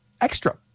extra